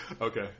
Okay